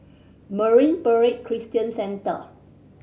Marine Para Christian Centre